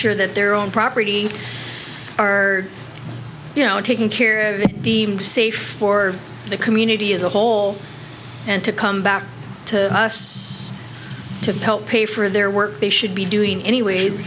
sure that their own property are taken care of deemed safe for the community as a whole and to come back to us to help pay for their work they should be doing anyways